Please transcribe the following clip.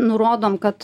nurodom kad